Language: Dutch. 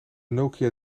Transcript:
nokia